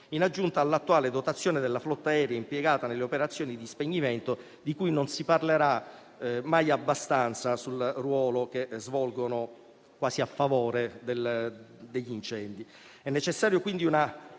in aggiunta all'attuale dotazione della flotta aerea impiegata nelle operazioni di spegnimento (non si parlerà mai abbastanza del ruolo che svolgono, quasi a favore degli incendi).